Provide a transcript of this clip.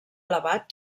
elevat